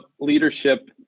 leadership